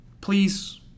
please